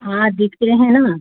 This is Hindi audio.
हाँ दिखते हैं ना